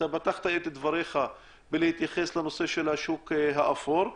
פתחת את דבריך בהתייחסות לנושא השוק האפור.